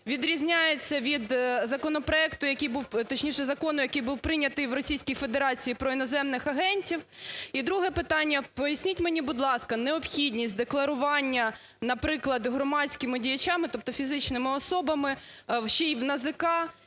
був, точніше, закону, який був прийнятий в Російський Федерації про іноземних агентів? І друге питання. Поясніть мені, будь ласка, необхідність декларування, наприклад, громадськими діячами, тобто фізичними особами, ще і в НАЗК